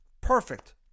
Perfect